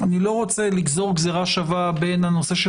איני רוצה לגזור גזירה שווה בין הנושא של